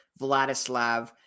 Vladislav